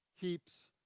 keeps